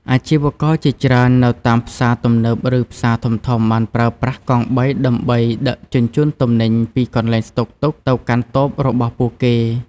អាជីវករជាច្រើននៅតាមផ្សារទំនើបឬផ្សារធំៗបានប្រើប្រាស់កង់បីដើម្បីដឹកជញ្ជូនទំនិញពីកន្លែងស្តុកទុកទៅកាន់តូបរបស់ពួកគេ។